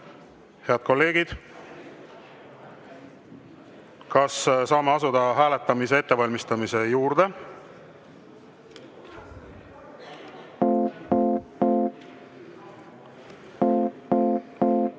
Head kolleegid, kas saame asuda hääletamise ettevalmistamise juurde?